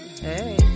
hey